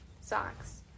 Socks